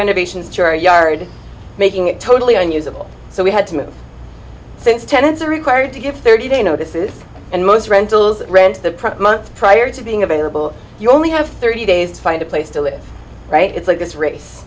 renovations to your yard making it totally unusable so we had to move since tenants are required to give thirty day notice and most rentals rent the month prior to being available you only have thirty days to find a place to live right it's like this race